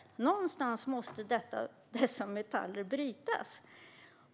Någonstans måste dessa metaller brytas.